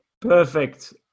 Perfect